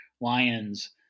lions